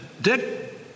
Dick